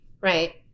right